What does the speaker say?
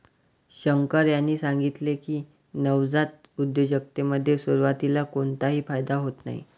शंकर यांनी सांगितले की, नवजात उद्योजकतेमध्ये सुरुवातीला कोणताही फायदा होत नाही